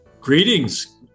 Greetings